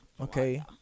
okay